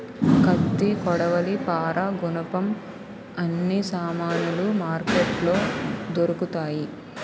కత్తి కొడవలి పారా గునపం అన్ని సామానులు మార్కెట్లో దొరుకుతాయి